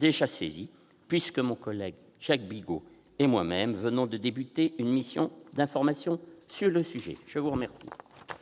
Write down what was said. déjà saisi, puisque mon collègue Jacques Bigot et moi-même venons d'engager une mission d'information sur le sujet. La parole